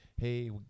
hey